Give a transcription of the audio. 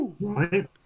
Right